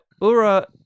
Ura